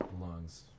lungs